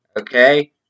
Okay